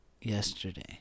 yesterday